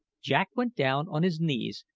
jack went down on his knees,